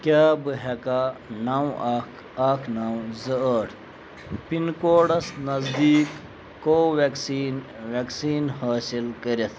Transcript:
کیٛاہ بہٕ ہٮ۪کا نَو اکھ اکھ نَو زٕ ٲٹھ پِن کوڈس نزدیٖک کو وٮ۪کسیٖن وٮ۪کسیٖن حٲصِل کٔرِتھ